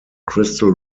crystal